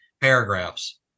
paragraphs